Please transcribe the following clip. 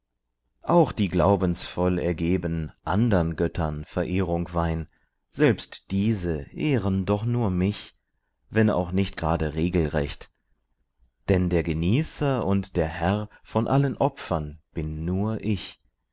auch die glaubensvoll ergeben andern göttern verehrung weihn selbst diese ehren doch nur mich wenn auch nicht grade regelrecht denn der genießer und der herr von allen opfern bin nur ich